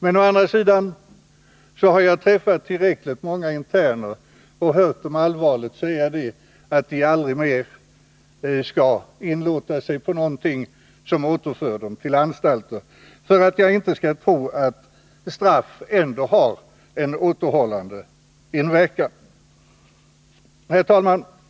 Men å andra sidan har jag träffat tillräckligt många interner och hört dem allvarligt säga att de aldrig mer skall inlåta sig på någonting som återför dem till anstalter, för att jag skall tro att straff ändå har en återhållande inverkan. Herr talman!